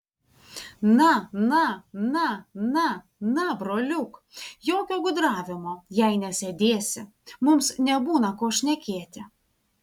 na na na na na broliuk jokio gudravimo jei nesėdėsi mums nebūna ko šnekėti